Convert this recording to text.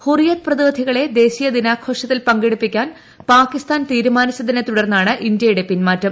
ഹുറിയത്ത് പ്രതിനിധികളെ ദേശീയദിനാഘോഷത്തിൽ പങ്കെടുപ്പിക്കാൻ പാകിസ്ഥാൻ തീരുമാനിച്ചതിനെത്തുടർന്നാണ് ഇന്ത്യയുള്ളട പിന്മാറ്റം